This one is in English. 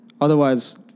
Otherwise